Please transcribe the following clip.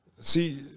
see